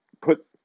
put